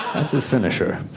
that's his finisher.